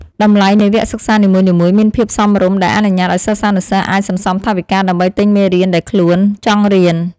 តម្លៃនៃវគ្គសិក្សានីមួយៗមានភាពសមរម្យដែលអនុញ្ញាតឱ្យសិស្សានុសិស្សអាចសន្សំថវិកាដើម្បីទិញមេរៀនដែលខ្លួនចង់រៀន។